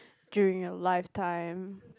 during your lifetime